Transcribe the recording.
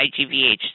IgVH